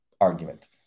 argument